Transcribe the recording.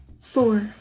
four